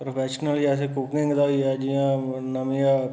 professional जैसे cooking दा होई गेआ जि'यां नमियां